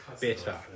better